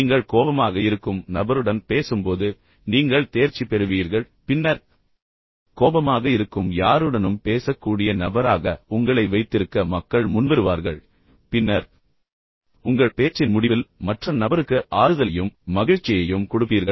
நீங்கள் கோபமாக இருக்கும் நபருடன் பேசும்போது நீங்கள் தேர்ச்சி பெறுவீர்கள் பின்னர் கோபமாக இருக்கும் யாருடனும் பேசக்கூடிய நபராக உங்களை வைத்திருக்க மக்கள் முன்வருவார்கள் பின்னர் சம்பந்தப்பட்ட எந்தவொரு மோதல்களையும் தீர்ப்பீர்கள் பின்னர் உங்கள் பேச்சின் முடிவில் மற்ற நபருக்கு ஆறுதலையும் மகிழ்ச்சியையும் கொடுப்பீர்கள்